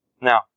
Now